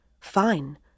Fine